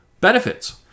benefits